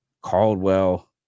Caldwell